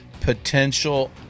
potential